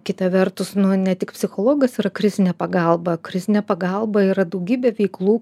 kita vertus ne tik psichologas yra krizinė pagalba krizinė pagalba yra daugybė veiklų